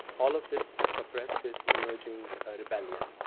all of this to suppress this emerging rebellion.